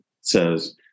says